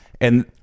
And-